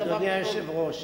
אדוני היושב-ראש,